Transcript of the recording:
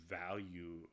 value